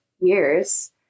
years